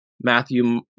Matthew